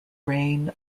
reign